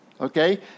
okay